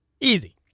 Easy